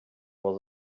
was